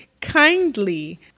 kindly